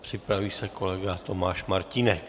Připraví se kolega Tomáš Martínek.